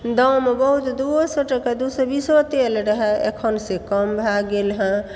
दाम बहुत दूओ सए टका दू सए बीसो टका रहै अखन से कम भए गेल हँ